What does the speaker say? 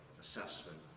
assessment